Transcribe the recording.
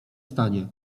stanie